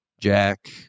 Jack